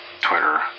Twitter